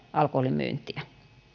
alkoholin myyntiä huoltoasemilla